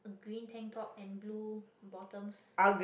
green tank top and blue bottoms